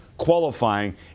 qualifying